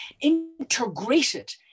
integrated